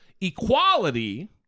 equality